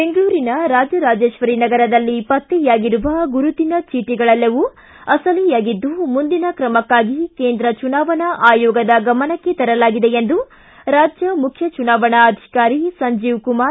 ಬೆಂಗಳೂರಿನ ರಾಜರಾಜೇತ್ವರಿ ನಗರದಲ್ಲಿ ಪತ್ತೆಯಾಗಿರುವ ಗುರುತಿನ ಚೀಟಗಳೆಲ್ಲವೂ ಅಸಲಿಯಾಗಿದ್ದು ಮುಂದಿನ ಕ್ರಮಕ್ಕಾಗಿ ಕೇಂದ್ರ ಚುನಾವಣಾ ಆಯೋಗದ ಗಮನಕ್ಕೆ ತರಲಾಗಿದೆ ಎಂದು ರಾಜ್ಯ ಮುಖ್ಯ ಚುನಾವಣಾ ಅಧಿಕಾರಿ ಸಂಜೀವ್ಕುಮಾರ್